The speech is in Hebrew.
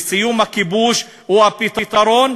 וסיום הכיבוש הוא הפתרון,